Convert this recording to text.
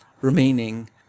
remaining